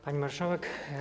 Pani Marszałek!